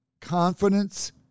Confidence